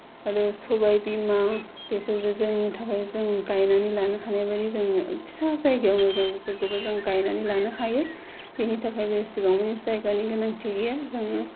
आरो सबाय बिमा बेफोरबो जोंनि थाखाय जों गायनानै लानो हानाय बादि जोङो फिसा जायगायावनो जों बेफोरखौबो जों गायनानै लानो हायो बेनिथाखाय एसेबां माने जायगानि गोनांथि गैया जोङो